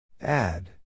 Add